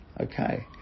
okay